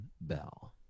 bell